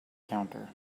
counter